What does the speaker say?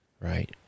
Right